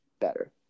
better